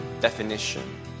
definition